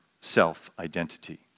self-identity